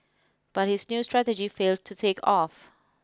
but his new strategy failed to take off